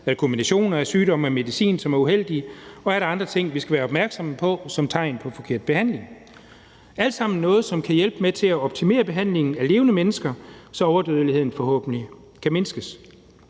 der er kombinationer af sygdom og medicin, som er uheldige, og om der er andre ting, vi skal være opmærksomme på, som er tegn på en forkert behandling. Det er alt sammen noget, som kan hjælpe med til at optimere behandlingen af levende mennesker, så overdødeligheden forhåbentlig kan mindskes.